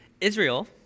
Israel